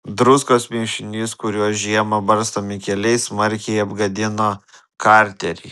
druskos mišinys kuriuo žiemą barstomi keliai smarkiai apgadino karterį